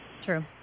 True